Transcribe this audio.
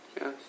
Yes